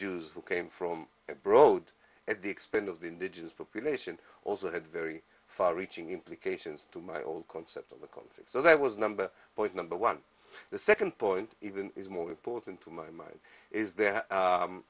who came from abroad at the expense of the indigenous population also had very far reaching implications to my old concept of equality so that was number point number one the second point even is more important to my mind is th